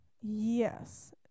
yes